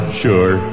sure